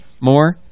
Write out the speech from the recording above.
more